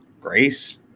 Grace